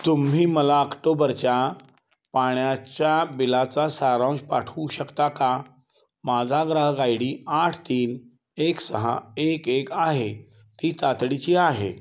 तुम्ही मला ऑक्टोबरच्या पाण्याच्या बिलाचा सारांश पाठवू शकता का माझा ग्राहक आय डी आठ तीन एक सहा एक एक आहे ती तातडीची आहे